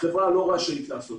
החברה לא רשאית לעשות.